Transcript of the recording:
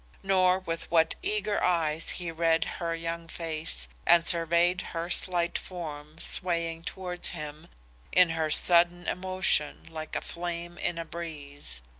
nor with what eager eyes he read her young face and surveyed her slight form swaying towards him in her sudden emotion like a flame in a breeze.